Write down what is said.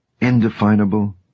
indefinable